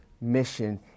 mission